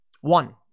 One